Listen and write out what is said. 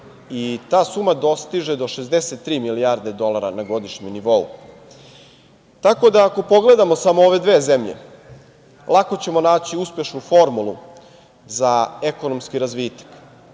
i ta suma dostiže do 63 milijarde dolara na godišnjem nivou. Tako da, ako pogledamo samo ove dve zemlje, lako ćemo naći uspešnu formulu za ekonomski razvitak